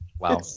Wow